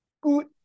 good